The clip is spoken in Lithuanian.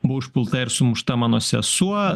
buvo užpulta ir sumušta mano sesuo